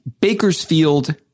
Bakersfield